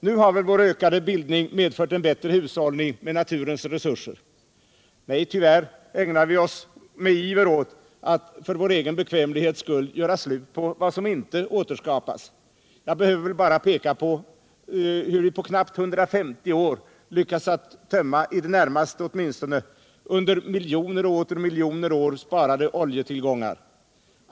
Nu har väl vår ökade bildning medfört en bättre hushållning med naturens resurser. Nej, tyvärr ägnar vi oss med iver åt att för vår egen bekvämlighets skull göra slut på vad som inte återskapas. Jag behöver väl bara peka på att vi på knappt 150 år har lyckats att i det närmaste tömma under miljoner och åter miljoner år sparade oljetillgångar.